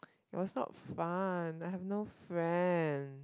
it was not fun I have no friend